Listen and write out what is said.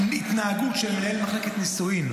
על התנהגות של מנהל מחלקת נישואין,